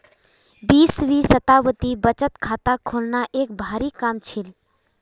बीसवीं शताब्दीत बचत खाता खोलना एक भारी काम छील